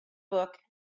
book